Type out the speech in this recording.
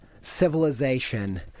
civilization